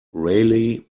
raleigh